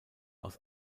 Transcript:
aus